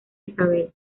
isabel